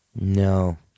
No